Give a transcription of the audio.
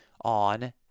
on